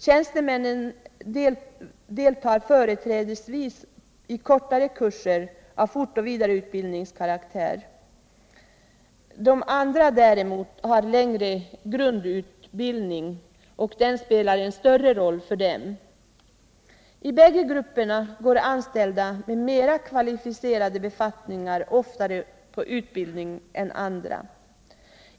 Medan tjänstemän företrädesvis går på kortare kurser av fortoch utbildningskaraktär spelar t.ex. längre grundutbildning en större roll för övriga. I bägge grupperna går anställda med mera kvalificerade befattningar oftare på utbildning än andra.